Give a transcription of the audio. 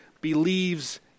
believes